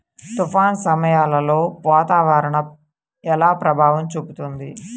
తుఫాను సమయాలలో వాతావరణం ఎలా ప్రభావం చూపుతుంది?